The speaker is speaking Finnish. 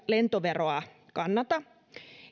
lentoveroa kannata